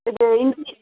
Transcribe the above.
இப்போது இஞ்சி